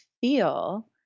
feel